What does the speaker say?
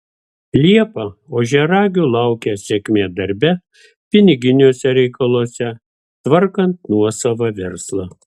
liepą ožiaragių laukia sėkmė darbe piniginiuose reikaluose tvarkant nuosavą verslą